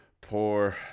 Poor